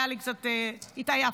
היה לי קצת, התעייפתי.